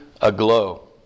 aglow